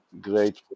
great